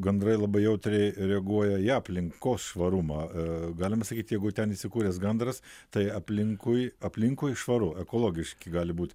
gandrai labai jautriai reaguoja į aplinkos švarumą galima sakyt jeigu ten įsikūręs gandras tai aplinkui aplinkui švaru ekologiški gali būt